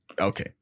Okay